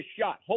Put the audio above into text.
shot